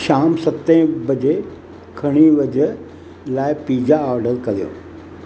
शाम सते बजे खणी वज लाइ पिज़्ज़ा ऑडर करियो